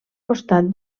costat